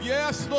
Yes